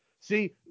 See